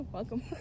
Welcome